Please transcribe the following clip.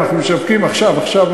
אנחנו משווקים עכשיו,